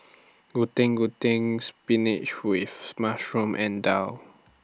Getuk Getuk Spinach with Mushroom and Daal